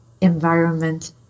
environment